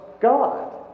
God